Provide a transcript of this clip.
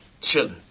Chilling